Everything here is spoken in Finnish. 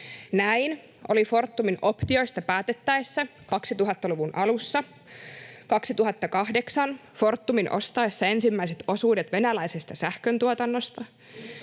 Näin oli Fortumin optioista päätettäessä 2000-luvun alussa, 2008 Fortumin ostaessa ensimmäiset osuudet venäläisestä sähköntuotannosta,